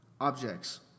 objects